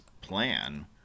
plan